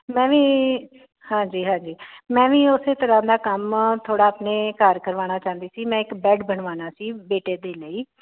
ਮੈਂ ਵੀ ਹਾਂਜੀ ਹਾਂਜੀ ਮੈਂ ਵੀ ਉਸੇ ਤਰ੍ਹਾਂ ਦਾ ਕੰਮ ਥੋੜ੍ਹਾ ਆਪਣੇ ਘਰ ਕਰਵਾਉਣਾ ਚਾਹੁੰਦੀ ਸੀ ਮੈਂ ਇੱਕ ਬੈਡ ਬਣਵਾਉਣਾ ਸੀ ਬੇਟੇ ਦੇ ਲਈ